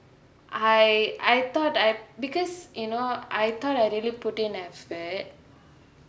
I I thought I because you know I thought I really put in effort